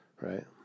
right